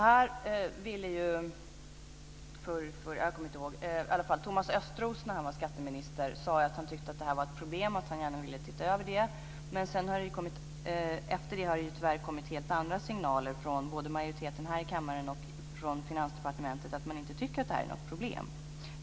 När Thomas Östros var skatteminister sade han att han tyckte att det här var ett problem och att han gärna ville se över det. Men efter det har det tyvärr kommit helt andra signaler både från majoriteten här i kammaren och från Finansdepartementet om att man inte tycker att det är något problem.